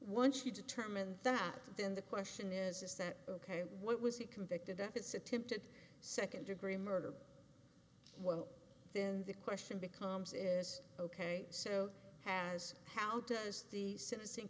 once you determine that then the question is is that ok what was he convicted of it's attempted second degree murder well then the question becomes is ok so has how does the sentencing